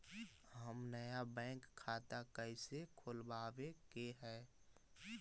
हम नया बैंक खाता कैसे खोलबाबे के है?